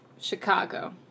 Chicago